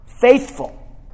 faithful